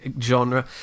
genre